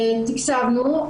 תקצבנו,